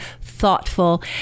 thoughtful